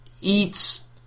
eats